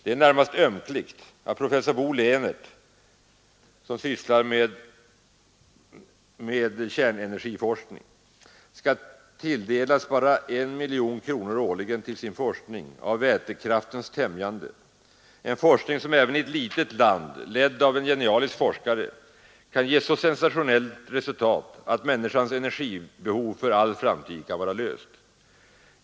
Det är närmast ömkligt att professor Bo Lehnert som sysslar med kärnenergiforskning skall tilldelas bara 1 miljon kronor årligen till sin forskning om vätekraftens främjande, en forskning som även i litet land ledd av en genialisk forskare kan ge så sensationellt resultat att människans energibehov för all framtid kan vara löst.